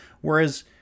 Whereas